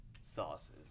Sauces